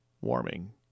warming